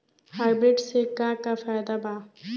Hybrid से का का फायदा बा?